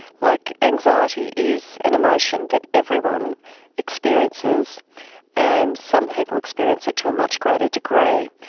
like anxiety is an emotion that everyone experiences and some people experience it to a much greater degree.